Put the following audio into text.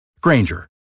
Granger